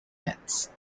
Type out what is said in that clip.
nets